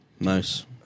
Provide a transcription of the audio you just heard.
Nice